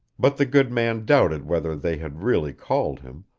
but the good man doubted whether they had really called him,